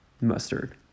mustard